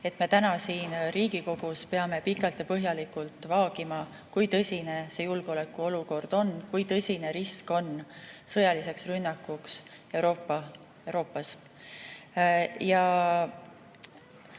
et me täna siin Riigikogus peame pikalt ja põhjalikult vaagima, kui tõsine see julgeolekuolukord on, kui tõsine risk on sõjaliseks rünnakuks Euroopas. Peale